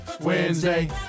Wednesday